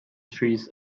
trees